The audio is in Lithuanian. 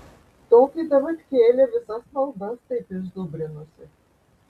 toki davatkėlė visas maldas taip išzubrinusi